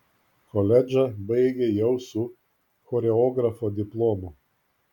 koledžą baigė jau su choreografo diplomu